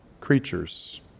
creatures